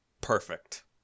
perfect